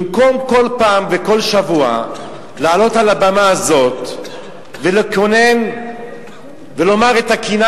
במקום כל פעם וכל שבוע לעלות על הבמה הזאת ולקונן ולומר את הקינה